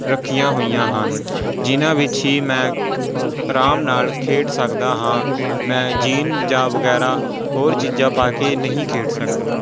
ਰੱਖੀਆਂ ਹੋਈਆਂ ਹਨ ਜਿਨਾਂ ਵਿੱਚ ਹੀ ਮੈਂ ਆਰਾਮ ਨਾਲ ਖੇਡ ਸਕਦਾ ਹਾਂ ਮੈਂ ਜੀਨ ਜਾਂ ਵਗੈਰਾ ਹੋਰ ਚੀਜ਼ਾਂ ਪਾ ਕੇ ਨਹੀਂ ਖੇਡ ਸਕਦਾ